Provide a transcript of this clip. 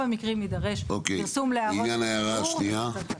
המקרים יידרש פרסום להערות הציבור.